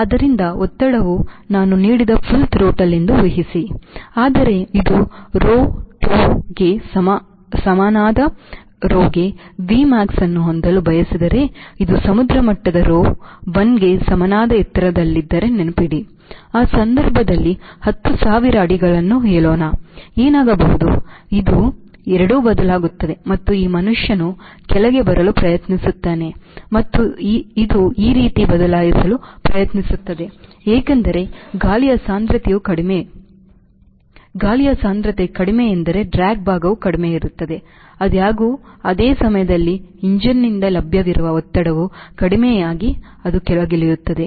ಆದ್ದರಿಂದ ಒತ್ತಡವು ನಾನು ನೀಡಿದ full throttle ಎಂದು ಊಹಿಸಿ ಆದರೆ ಇದು rho 2 ಕ್ಕೆ ಸಮನಾದ ರೋಗೆ Vmax ಅನ್ನು ಹೊಂದಲು ಬಯಸಿದರೆ ಇದು ಸಮುದ್ರಮಟ್ಟದ ರೋ 1 ಗೆ ಸಮನಾದ ಎತ್ತರದಲ್ಲಿದ್ದರೆ ನೆನಪಿಡಿ ಆ ಸಂದರ್ಭದಲ್ಲಿ 10000 ಅಡಿಗಳನ್ನು ಹೇಳೋಣ ಏನಾಗಬಹುದು ಇದು ಎರಡೂ ಬದಲಾಗುತ್ತದೆ ಮತ್ತು ಈ ಮನುಷ್ಯನು ಕೆಳಗೆ ಬರಲು ಪ್ರಯತ್ನಿಸುತ್ತಾನೆ ಮತ್ತು ಇದು ಈ ರೀತಿ ಬದಲಾಯಿಸಲು ಪ್ರಯತ್ನಿಸುತ್ತದೆ ಏಕೆಂದರೆ ಗಾಳಿಯ ಸಾಂದ್ರತೆಯು ಕಡಿಮೆ ಸಾಂದ್ರತೆ ಗಾಳಿಯ ಸಾಂದ್ರತೆ ಕಡಿಮೆ ಎಂದರೆ ಡ್ರ್ಯಾಗ್ ಭಾಗವು ಕಡಿಮೆ ಇರುತ್ತದೆ ಆದಾಗ್ಯೂ ಅದೇ ಸಮಯದಲ್ಲಿ ಎಂಜಿನ್ನಿಂದ ಲಭ್ಯವಿರುವ ಒತ್ತಡವು ಕಡಿಮೆಯಾಗಿ ಅದು ಕೆಳಗಿಳಿಯುತ್ತದೆ